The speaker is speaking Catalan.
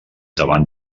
davant